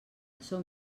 som